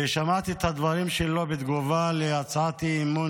ושמעתי את הדברים שלו בתגובה על הצעת האי-אמון